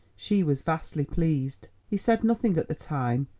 she was vastly pleased. he said nothing at the time,